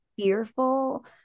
fearful